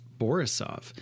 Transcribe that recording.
Borisov